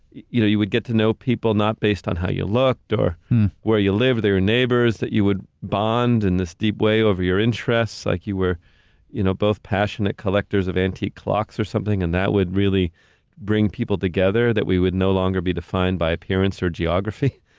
you know, you would get to know people not based on how you looked or where you live, they're neighbors that you would bond in this deep way over your interests, like you were both passionate collectors of antique clocks or something and that would really bring people together, that we would no longer be defined by appearance or geography,